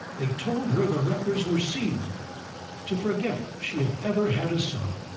they told her the records were sealed to forget she had ever had a son.